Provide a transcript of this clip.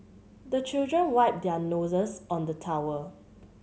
the children wipe their noses on the towel